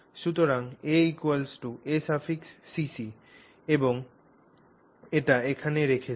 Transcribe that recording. সুতরাং a acc এবং এতী এখানে রেখেছি